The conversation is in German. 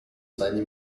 seine